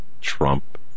Trump